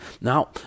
Now